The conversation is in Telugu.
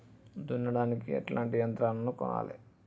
దున్నడానికి ఎట్లాంటి యంత్రాలను కొనాలే?